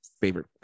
favorite